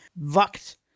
Wacht